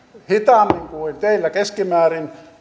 hitaammin kuin teillä keskimäärin